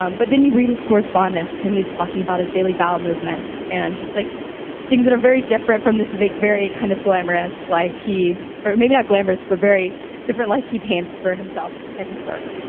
um but then you read his correspondence and he's talking about his daily bowel movements and just like things that are very different from this very kind of glamorous life, he or maybe not glamorous, but very different life he paints for himself and his work.